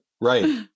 Right